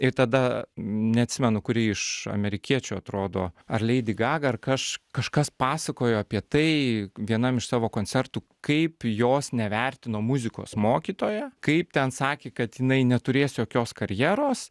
ir tada neatsimenu kuri iš amerikiečių atrodo ar leidi gaga ar kaž kažkas pasakojo apie tai vienam iš savo koncertų kaip jos nevertino muzikos mokytoja kaip ten sakė kad jinai neturės jokios karjeros